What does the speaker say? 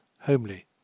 homely